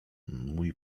mój